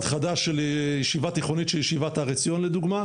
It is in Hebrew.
חדש של ישיבה תיכונית שהיא ישיבת הר עציון לדוגמא,